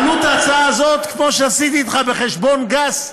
עלות ההצעה הזאת, כמו שעשיתי אתך בחשבון גס,